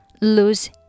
lose